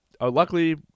Luckily